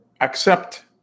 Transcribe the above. accept